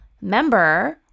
member